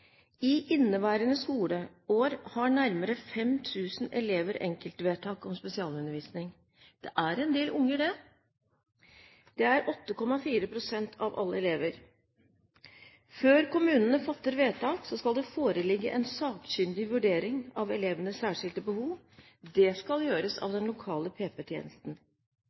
I inneværende skoleår har nærmere 5 000 elever enkeltvedtak om spesialundervisning. Det er en del unger, det. Det er 8,4 pst. av alle elever. Før kommunene fatter vedtak, skal det foreligge en sakkyndig vurdering av elevenes særskilte behov. Det skal gjøres av den lokale